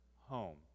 home